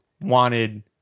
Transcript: wanted